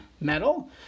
metal